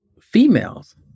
females